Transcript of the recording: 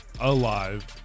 alive